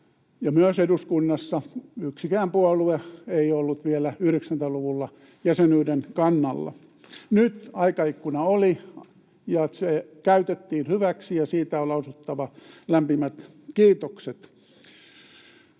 myöskään eduskunnassa yksikään puolue ei ollut vielä 90-luvulla jäsenyyden kannalla. Nyt aikaikkuna oli ja se käytettiin hyväksi, ja siitä on lausuttava lämpimät kiitokset.